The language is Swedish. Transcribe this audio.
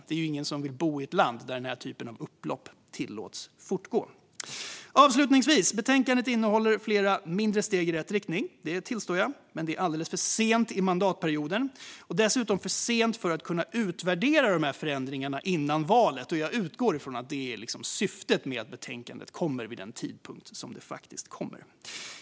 Det är ju ingen som vill bo i ett land där den här typen av upplopp tillåts fortgå. Avslutningsvis: Betänkandet innehåller flera mindre steg i rätt riktning - det tillstår jag - men de kommer alldeles för sent i mandatperioden. Dessutom kommer förändringarna för sent för att det ska gå att utvärdera dem före valet, och jag utgår ifrån att det är det som är syftet med att betänkandet kommer vid den tidpunkt då det kommer.